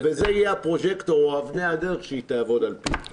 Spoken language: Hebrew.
וזה יהיה הפרוז'קטור או אבני הדרך שהיא תעבוד על פיהם.